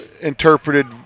interpreted